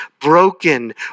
broken